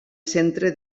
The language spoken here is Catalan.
centre